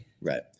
right